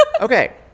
Okay